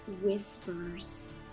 Whispers